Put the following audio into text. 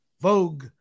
Vogue